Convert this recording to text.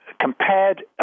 compared